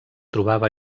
trobava